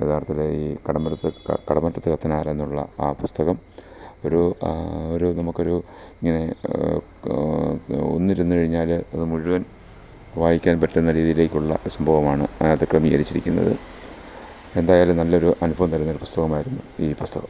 യാഥാർത്ഥത്തിൽ ഈ കടമറ്റത്ത് കടമറ്റത്ത് കത്തനാർ എന്നുള്ള ആ പുസ്തകം ഒരു ഒരു നമുക്ക് ഒരു ഇങ്ങനെ ഒന്ന് ഇരുന്ന് കഴിഞ്ഞാൽ അത് മുഴുവൻ വായിക്കാൻ പറ്റുന്ന രീതിയിലേക്കുള്ള ഒരു സംഭവമാണ് അതിനകത്ത് ക്രമീകരിച്ചിരിക്കുന്നത് എന്തായാലും നല്ലൊരു അനുഭവം തരുന്ന ഒരു പുസ്തമായിരുന്നു ഈ പുസ്തകം